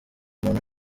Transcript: muntu